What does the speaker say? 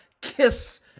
kiss